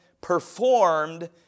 performed